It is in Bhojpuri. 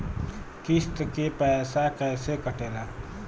किस्त के पैसा कैसे कटेला?